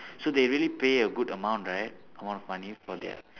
so they really pay a good amount right amount of money for their